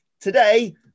Today